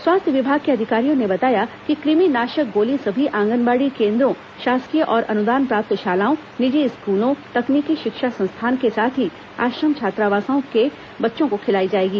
स्वास्थ्य विभाग के अधिकारियों ने बताया कि कुमि नाशक गोली सभी आंगनबाड़ी केन्द्रों शासकीय और अनुदान प्राप्त शालाओं निजी स्कूलों तकनीकी शिक्षा संस्थान के साथ ही आश्रम छात्रावासों के बच्चों को खिलाई जाएगी